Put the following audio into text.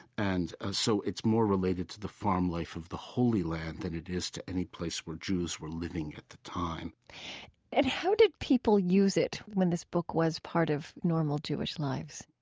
and ah so it's more related to the farm life of the holy land than it is to any place where jews were living at the time and how did people use it when this book was part of normal jewish lives?